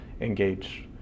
engage